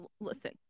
Listen